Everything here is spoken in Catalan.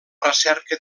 recerca